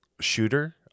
shooter